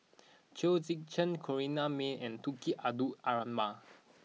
Chong Tze Chien Corrinne May and Tunku Abdul Rahman